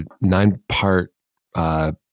nine-part